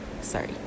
Sorry